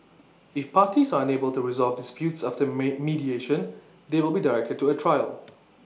if parties are unable to resolve disputes after may mediation they will be directed to A trial